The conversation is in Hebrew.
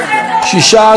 16 בעד,